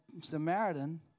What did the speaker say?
Samaritan